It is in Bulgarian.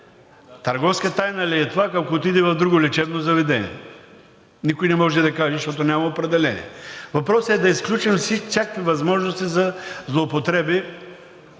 търговска тайна ли е това, ако отиде в друго лечебно заведение? Никой не може да каже, защото няма определение. Въпросът е да изключим всякакви възможности за злоупотреби